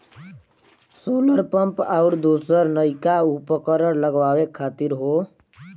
solar pump आउर दूसर नइका उपकरण लगावे खातिर हौ